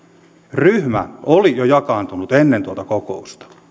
ryhmä oli jakaantunut jo ennen tuota kokousta